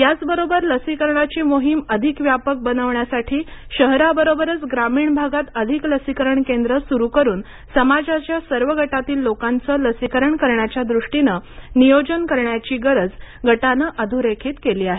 याचसोबत लसीकरणाची मोहीम अधिक व्यापक बनवण्यासाठी शहराबरोबरच ग्रामीण भागात अधिक लसीकरण केंद्रे सुरु करून समाजाच्या सर्व गटातील लोकांचं लसीकरण करण्याच्या दृष्टीनं नियोजन करण्याची गरज गटाने अधोरेखित केली आहे